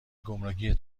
گمرکی